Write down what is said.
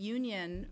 union